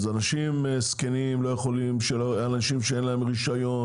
אז אנשים זקנים, או אנשים שאין להם רישיון